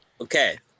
Okay